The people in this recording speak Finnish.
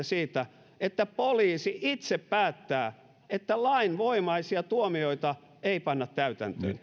siitä että poliisi itse päättää että lainvoimaisia tuomioita ei panna täytäntöön